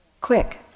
Quick